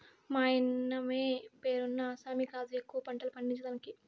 మాయన్నమే పేరున్న ఆసామి కాదు ఎక్కువ పంటలు పండించేదానికి